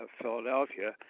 Philadelphia